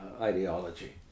ideology